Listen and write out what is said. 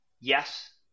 Yes